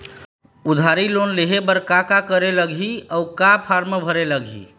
उधारी लोन लेहे बर का का करे लगही अऊ का का फार्म भरे लगही?